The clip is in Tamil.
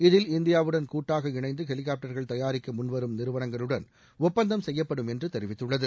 இதில் இந்தியாவுடன் கூட்டாக இணைந்து ஹெலிகாப்டர்கள் தயாரிக்க முன் வரும் நிறுவனங்களுடன் ஒப்பந்தம் செய்யப்படும் என்று தெரிவித்துள்ளது